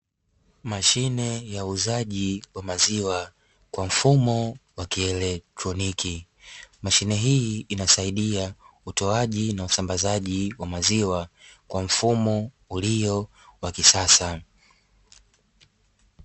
Mashine ya uuzaji wa maziwa kwa mfumo wa kielektroniki, mashine hii inasaidia utoaji na usambazaji wa maziwa kwa mfumo ulio wa kisasa.